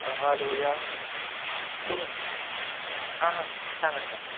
hello या कोण उल हां हां सांगा सांगा